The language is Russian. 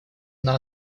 она